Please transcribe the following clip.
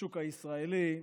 בשוק הישראלי,